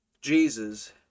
Jesus